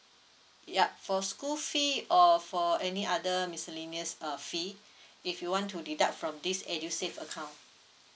yup for school fee or for any other miscellaneous err fee if you want to deduct from this edusave account